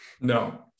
No